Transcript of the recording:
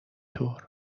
طور